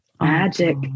Magic